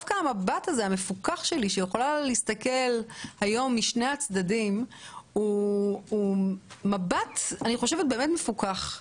דווקא המבט שלי שיכול להסתכל היום משני הצדדים הוא מבט מפוקח.